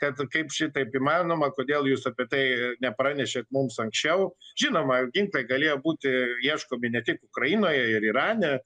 kad kaip šitaip įmanoma kodėl jūs apie tai nepranešėt mums anksčiau žinoma ginklai galėjo būti ieškomi ne tik ukrainoje ir irane